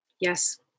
Yes